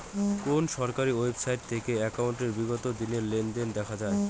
কোন সরকারি ওয়েবসাইট থেকে একাউন্টের বিগত দিনের লেনদেন দেখা যায়?